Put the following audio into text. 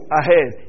ahead